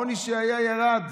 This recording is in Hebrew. העוני שהיה, ירד,